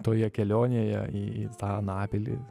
toje kelionėje į anapilį